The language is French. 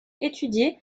étudiées